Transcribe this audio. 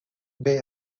bey